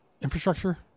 infrastructure